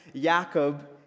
Jacob